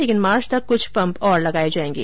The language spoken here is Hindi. लेकिन मार्च तक कुछ पंप और लगाए जाऐंगे